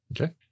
Okay